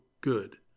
good